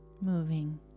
moving